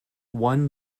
one